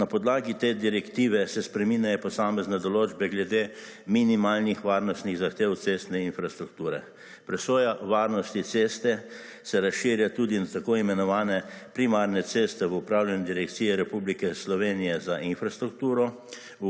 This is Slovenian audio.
Na podlagi te direktive se spreminjajo posamezne določbe glede minimalnih varnostnih zahtev cestne infrastrukture. Presoja varnosti ceste se razširja tudi na tako imenovane primarne ceste v upravljanju Direkcije Republike Slovenije za infrastrukturo,